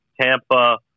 Tampa